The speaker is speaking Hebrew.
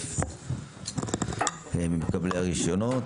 אלף ממקבלי הרשיונות,